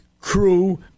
crew